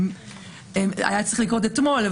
היה צריך לקרות אתמול,